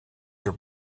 your